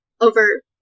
over